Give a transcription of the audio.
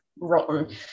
rotten